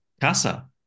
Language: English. Casa